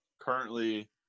currently